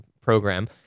program